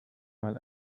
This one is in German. mal